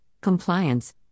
compliance